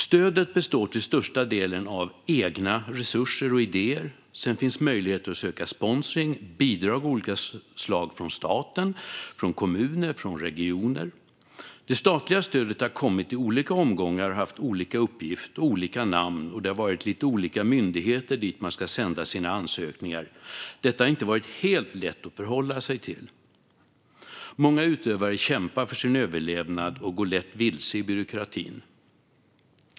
Stödet består till största delen av egna resurser och idéer. Sedan finns möjlighet att söka sponsring och bidrag av olika slag från staten, kommuner och regioner. Det statliga stödet har kommit i olika omgångar och haft olika uppgift och olika namn, och det har varit lite olika myndigheter man ska sända sina ansökningar till. Detta har inte varit helt lätt att förhålla sig till. Många utövare kämpar för sin överlevnad och går lätt vilse i byråkratin.